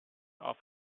off